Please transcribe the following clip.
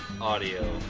Audio